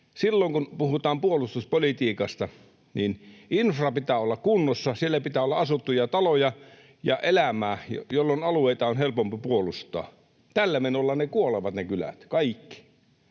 silloin kun puhutaan puolustuspolitiikasta, niin infran pitää olla kunnossa, siellä pitää olla asuttuja taloja ja elämää, jolloin alueita on helpompi puolustaa. Tällä menolla ne kylät kuolevat, kaikki.